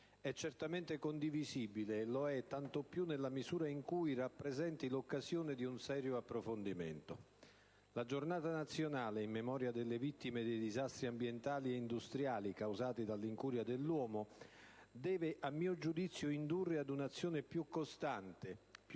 è certamente condivisibile e lo è tanto più nella misura in cui rappresenti l'occasione di un serio approfondimento. La «Giornata Nazionale in memoria delle vittime dei disastri ambientali e industriali causati dall'incuria dell'uomo» deve - a mio giudizio - indurre ad un'azione più costante, più